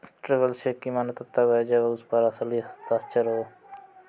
travellers cheque की मान्यता तब है जब उस पर असली हस्ताक्षर हो